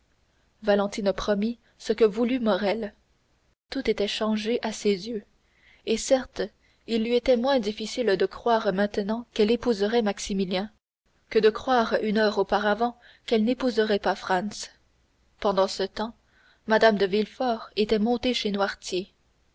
valentine promit ce que voulut morrel tout était changé à ses yeux et certes il lui était moins difficile de croire maintenant qu'elle épouserait maximilien que de croire une heure auparavant qu'elle n'épouserait pas franz pendant ce temps mme de villefort était montée chez